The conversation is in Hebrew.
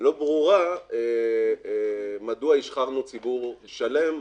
לא ברורה מדוע השחרתם ציבור שלם,